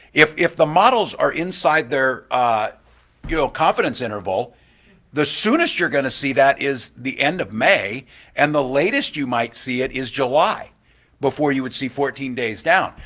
if if the models are inside the ah you know confidence interval the soonest you're going to see that is the end of may and the latest you might see it is july before you would see fourteen days down.